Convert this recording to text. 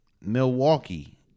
Milwaukee